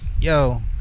Yo